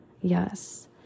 Yes